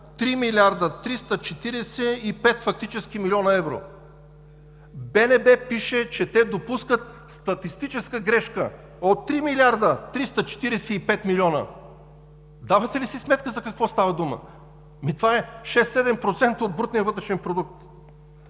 3 млрд. 345 млн. евро.“ БНБ пише, че те допускат статистическа грешка от 3 млрд. 345 млн. евро! Давате ли си сметка за какво става дума? Това е 6 – 7% от брутния вътрешен продукт.